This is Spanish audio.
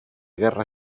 guerra